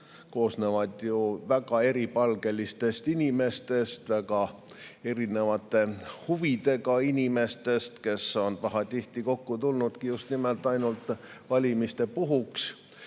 koosnevad väga eripalgelistest inimestest, väga erinevate huvidega inimestest, kes on pahatihti kokku tulnud just nimelt valimiste puhuks.